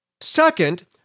Second